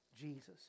Jesus